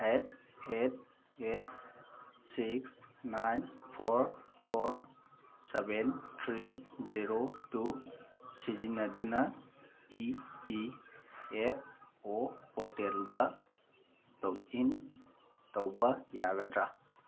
eight eight eight six nine four four seven three zero two ꯁꯤꯖꯤꯟꯅꯗꯨꯅ E P F O ꯄꯣꯔꯇꯦꯜꯗ log in ꯇꯧꯕ ꯌꯥꯒꯗ꯭ꯔꯥ